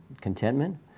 contentment